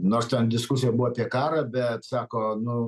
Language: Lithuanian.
nors ten diskusija buvo apie karą bet sako nu